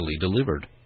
delivered